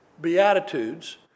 beatitudes